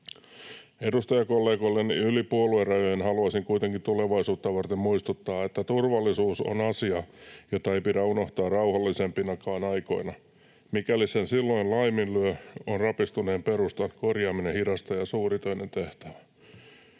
Edustajakollegoillenne yli puoluerajojen haluaisin kuitenkin tulevaisuutta varten muistuttaa, että turvallisuus on asia, jota ei pidä unohtaa rauhallisempinakaan aikoina. Mikäli sen silloin laiminlyö, on rapistuneen perustan korjaaminen hidasta ja suuritöinen tehtävä.